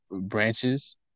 branches